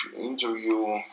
interview